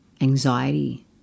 anxiety